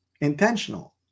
intentional